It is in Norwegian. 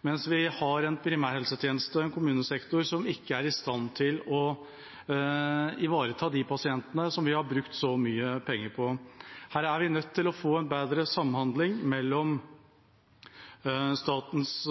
mens vi har en primærhelsetjeneste og en kommunesektor som ikke er i stand til å ivareta de pasientene som vi har brukt så mye penger på. Her er vi nødt til å få bedre samhandling mellom statens